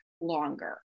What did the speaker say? longer